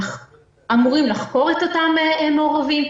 אמורים לחקור את המעורבים,